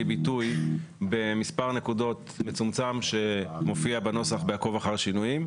ביטוי במספר נקודות מצומצם שמופיע בנוסח ב"עקוב אחר שינויים".